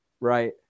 Right